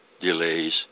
delays